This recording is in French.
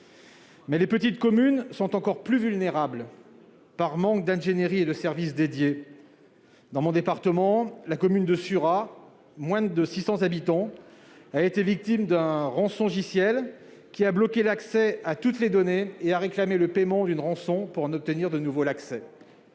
les petites communes sont encore plus vulnérables, par manque d'ingénierie et de services dédiés. Dans mon département, la commune de Surat, dotée de moins de 600 habitants, a été victime d'un rançongiciel, qui a bloqué l'accès à toutes les données et réclamé le paiement d'une rançon pour le rétablir. D'après